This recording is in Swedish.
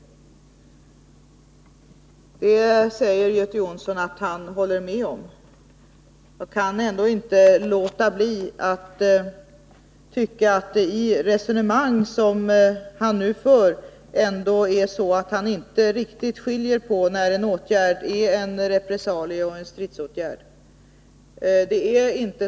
Det säger Göte Jonsson att han håller med om. Jag kan ändå inte låta bli att tycka att han i sitt resonemang inte skiljer på när en åtgärd är en repressalie och när den är en stridsåtgärd.